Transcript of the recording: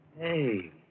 Hey